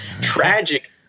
tragic